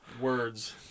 words